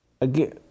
again